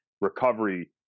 recovery